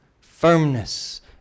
firmness